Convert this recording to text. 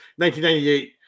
1998